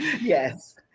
Yes